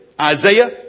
Isaiah